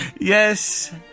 yes